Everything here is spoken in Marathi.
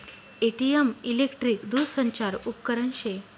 ए.टी.एम इलेकट्रिक दूरसंचार उपकरन शे